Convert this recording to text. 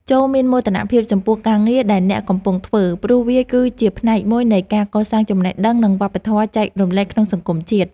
ចូរមានមោទនភាពចំពោះការងារដែលអ្នកកំពុងធ្វើព្រោះវាគឺជាផ្នែកមួយនៃការកសាងចំណេះដឹង និងវប្បធម៌ចែករំលែកក្នុងសង្គមជាតិ។